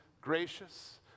gracious